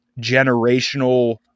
generational